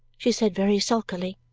she said very sulkily.